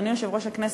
אדוני יושב-ראש הכנסת,